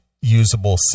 usable